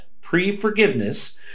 pre-forgiveness